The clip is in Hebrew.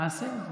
נעשה את זה.